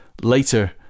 later